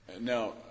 Now